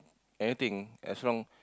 anything as long